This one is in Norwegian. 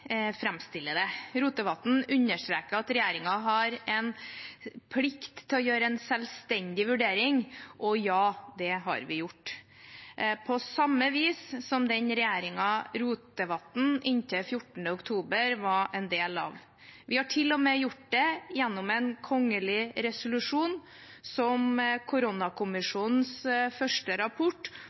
framstiller det. Rotevatn understreker at regjeringen har en plikt til å gjøre en selvstendig vurdering. Og ja, det har vi gjort, på samme vis som den regjeringen Rotevatn inntil 14. oktober var en del av. Vi har til og med gjort det gjennom en kongelig resolusjon som koronakommisjonens første rapport